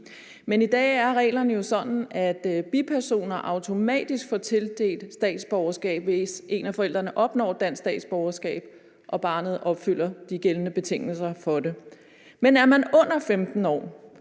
Men i dag er reglerne jo sådan, at bipersoner automatisk får tildelt statsborgerskab, hvis en af forældrene opnår dansk statsborgerskab og barnet opfylder de gældende betingelser for det. Men er man under 15 år,